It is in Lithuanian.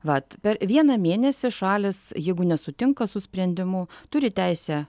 vat per vieną mėnesį šalys jeigu nesutinka su sprendimu turi teisę